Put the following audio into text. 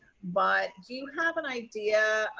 but do you have an idea